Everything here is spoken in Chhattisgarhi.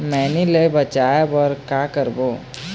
मैनी ले बचाए बर का का करबो?